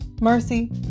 mercy